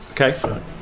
Okay